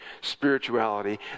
spirituality